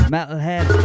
Metalhead